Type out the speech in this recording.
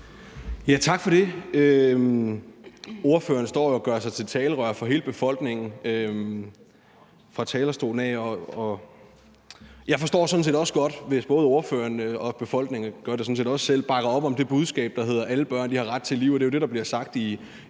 Tak for det. Ordføreren står jo og gør sig til talerør for hele befolkningen fra talerstolen af. Jeg forstår sådan set også godt, hvis både ordføreren og befolkningen, og jeg gør det sådan set også selv, bakker op om det budskab, der handler om, at alle børn har ret til liv. Det er jo det, der bliver sagt i